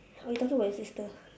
oh you talking about your sister